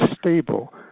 stable